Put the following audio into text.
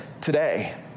Today